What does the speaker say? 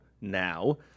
Now